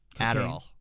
Adderall